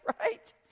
Right